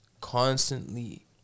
constantly